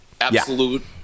Absolute